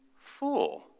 fool